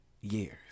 years